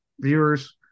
viewers